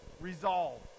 Resolve